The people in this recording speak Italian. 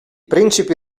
principi